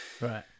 Right